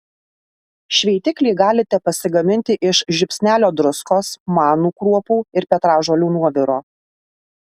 šveitiklį galite pasigaminti iš žiupsnelio druskos manų kruopų ir petražolių nuoviro